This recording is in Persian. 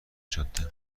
جاده